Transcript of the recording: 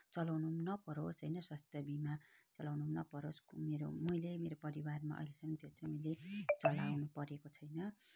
चलाउनु नि नपरोस् होइन स्वास्थ्य बिमा चलाउनु नि नपरोस् मैले मेरो परिवारमा अहिलेसम्म त्यो चाहिँ मैले चलाउनु परेको छैन